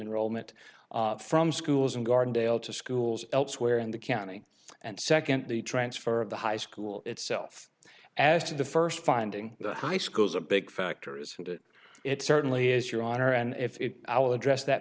enrollment from schools in gardendale to schools elsewhere in the county and second the transfer of the high school itself as to the first finding the high school is a big factor isn't it it certainly is your honor and if i will address that